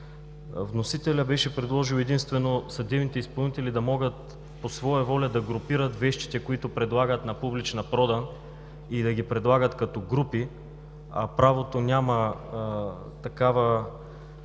Вносителят беше предложил единствено съдебните изпълнители да могат по своя воля да групират вещите, които подлагат на публична продан и да ги предлагат като групи, а в правото няма дефиниция